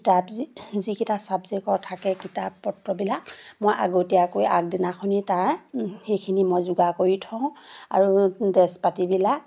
কিতাপ যিকেইটা ছাবজেক্টৰ থাকে কিতাপ পত্ৰবিলাক মই আগতীয়াকৈ আগদিনাখনিয়ে তাৰ সেইখিনি মই যোগাৰ কৰি থওঁ আৰু ড্ৰেছ পাতিবিলাক